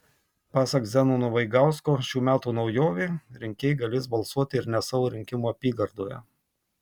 pasak zenono vaigausko šių metų naujovė rinkėjai galės balsuoti ir ne savo rinkimų apygardoje